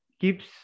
keeps